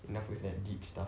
enough with that deep stuff